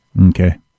Okay